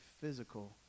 physical